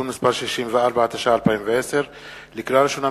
התש"ע 2010. לקריאה ראשונה,